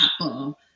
Apple